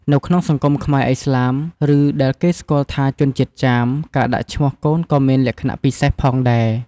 នៅក្នុងសហគមន៍ខ្មែរឥស្លាម ឬដែលគេស្គាល់ថាជនជាតិចាម ការដាក់ឈ្មោះកូនក៏មានលក្ខណៈពិសេសផងដែរ។